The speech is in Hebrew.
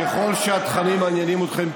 ככל שהתכנים מעניינים אתכם.